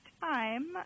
time